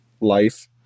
life